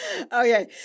Okay